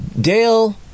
Dale